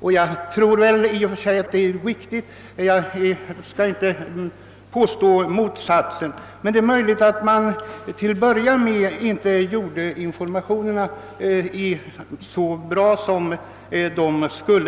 och jag tror väl att det i och för sig är riktigt. Åtminstone påstår jag inte motsatsen. Men det är möjligt att kassorna till en början inte lämnade så bra informationer som hade varit önskvärt.